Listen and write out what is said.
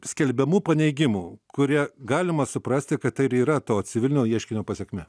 skelbiamų paneigimų kurie galima suprasti kad tai ir yra to civilinio ieškinio pasekmė